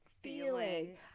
feeling